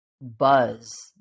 buzz